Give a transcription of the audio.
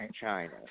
China